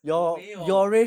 我没有